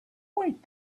wait